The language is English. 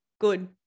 good